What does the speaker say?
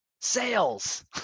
sales